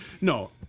No